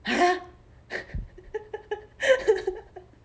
!huh!